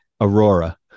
Aurora